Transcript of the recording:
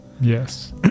Yes